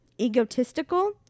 egotistical